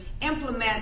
implement